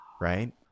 right